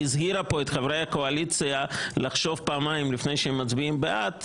והיא הזהירה פה את חברי הקואליציה לחשוב פעמיים לפני שהם מצביעים בעד,